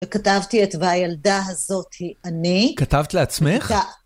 וכתבתי את, והילדה הזאת היא אני. כתבת לעצמך?